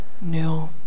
new